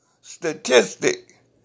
statistic